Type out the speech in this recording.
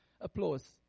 applause